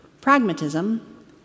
pragmatism